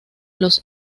los